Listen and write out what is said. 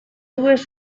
dues